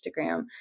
Instagram